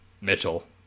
Mitchell